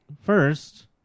first